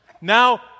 now